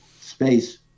space